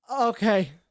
Okay